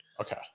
Okay